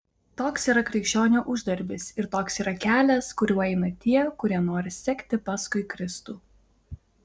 toks yra krikščionio uždarbis ir toks yra kelias kuriuo eina tie kurie nori sekti paskui kristų